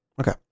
Okay